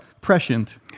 prescient